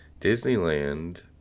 disneyland